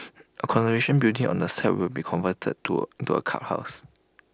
A conservation building on the site will be converted to to A clubhouse